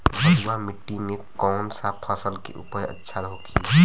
बलुआ मिट्टी में कौन सा फसल के उपज अच्छा होखी?